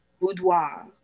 Boudoir